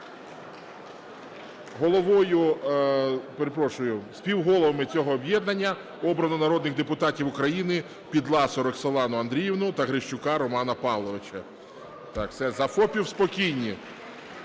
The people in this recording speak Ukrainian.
співголовами цього об'єднання обрано народних депутатів України Підласу Роксолану Андріївну та Грищука Романа Павловича. Так, все: за ФОПів спокійні.